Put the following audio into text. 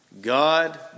God